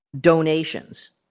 donations